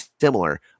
similar